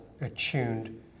attuned